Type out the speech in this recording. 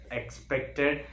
expected